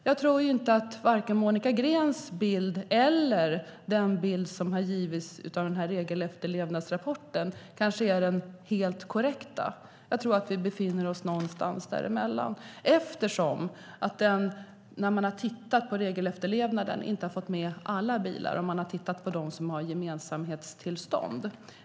Jag tror inte att vare sig Monica Greens bild eller den bild som den här regelefterlevnadsrapporten har lämnat är den helt korrekta. Jag tror att vi befinner oss någonstans däremellan eftersom man, när har tittat på regelefterlevnaden, inte har fått med alla bilar. Man har tittat på dem som har gemensamhetstillstånd.